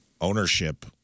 ownership